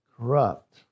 corrupt